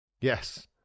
Yes